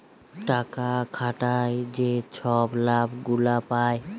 টাকা খাটায় যে ছব লাভ গুলা পায়